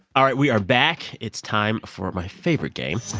all right. we are back. it's time for my favorite game